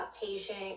patient